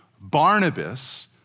Barnabas